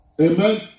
Amen